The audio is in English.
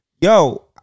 yo